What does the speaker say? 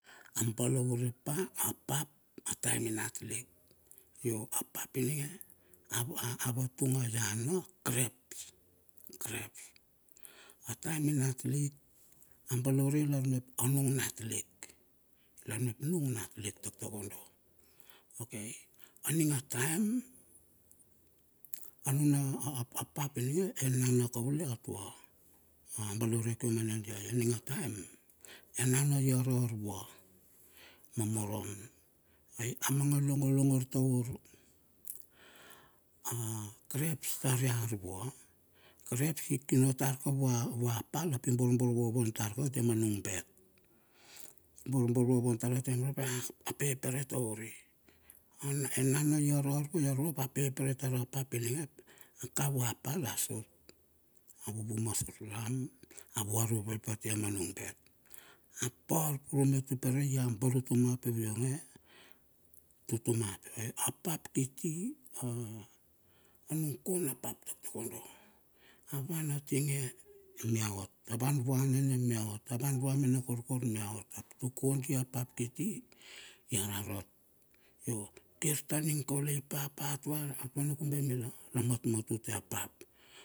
A balaurepa apap atam inatlik yo apap inige awatung ayana urep urep ataem inat lik abalaurei lar mep anung natlik lar mep nung natlik taktakodo okay aning ataem anuna oup oupap apap ininge e nana kaule atua abalaure kiumane dia ai aning ataema enana iararvua ma morom ai amanga longo longor taur a urep tar yar vua reps ikino tar ka vua vua pal ap iborbor vovon tarka ati manung bad borbor vovon tarka atia ap apepere tauri enana iarar vua ap apepere tara pap ining ap aka vua pal asut. A vuvu ma sutlam avuarei ap atia ma nung bad apar purumetuperei iabar utuma piu. Apap kiti a anung kona pap takodo avan atinge mea ot a van vua nene mia ot a van vua mena korkor mia ot tuk kodi apap kiti iararat yo kir taning kaule ipapa atu na kube mila la matmatute apap apap